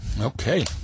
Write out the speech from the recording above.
okay